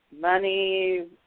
money